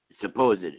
supposed